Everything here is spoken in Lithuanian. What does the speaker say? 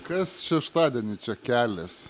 kas šeštadienį čia kelias